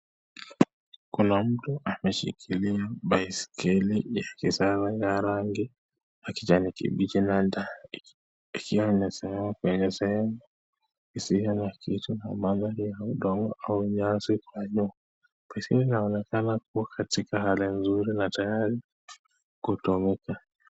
Kuna mtu ameshikilia baiskeli ya kisasa ya rangi ya kijani kibichi. Ikiwa imesimama kwenye sehemu isiyo na kitu na magugu ya udongo au nyasi kwa nyuma. Baiskeli inaonekana kuwa katika hali nzuri na tayari kutumika.